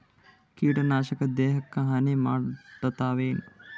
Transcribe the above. ಕೀಟನಾಶಕ ದೇಹಕ್ಕ ಹಾನಿ ಮಾಡತವೇನು?